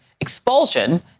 expulsion